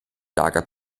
lager